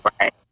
Right